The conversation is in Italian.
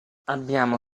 abbiamo